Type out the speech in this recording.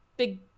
big